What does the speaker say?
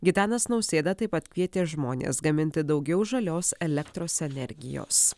gitanas nausėda taip pat kvietė žmones gaminti daugiau žalios elektros energijos